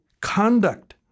conduct